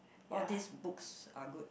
all this books are good